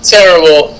Terrible